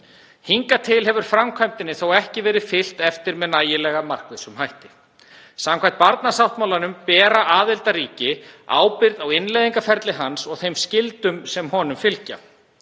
Hingað til hefur framkvæmdinni þó ekki verið fylgt eftir með nægilega markvissum hætti. Samkvæmt barnasáttmálanum bera aðildarríki ábyrgð á innleiðingarferli hans og þeim skyldum sem honum fylgja.